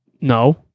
No